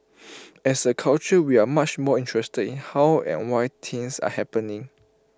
as A culture we are much more interested in how and why things are happening